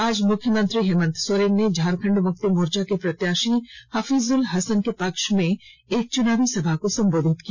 आज मुख्यमंत्री हेमंत सोरेन ने झारखंड मुक्ति मोर्चो के प्रत्याशी हफीजुल हसन के पक्ष में एक चुनावी सभा को संबोधित किया